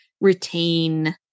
retain